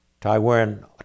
Taiwan